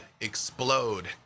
explode